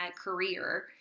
career